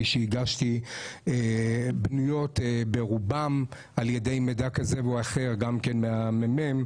שהגשתי תלויות ברובן במידע כזה או אחר מהמ.מ.מ.